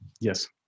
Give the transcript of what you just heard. Yes